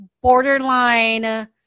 borderline